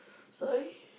sorry